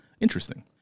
Interesting